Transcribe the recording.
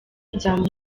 nzamuha